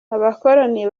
bakoloni